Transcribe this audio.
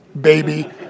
baby